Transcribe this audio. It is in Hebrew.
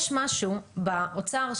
יש משהו באוצר,